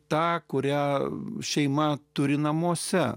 tą kurią šeima turi namuose